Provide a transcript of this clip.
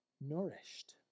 nourished